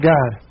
God